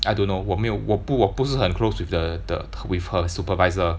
I don't know 我没有我不我不是很 close with the the with her supervisor